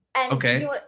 Okay